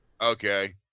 Okay